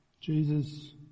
Jesus